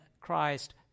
Christ